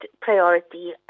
priority